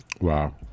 wow